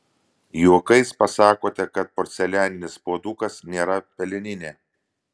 juokais pasakote kad porcelianinis puodukas nėra peleninė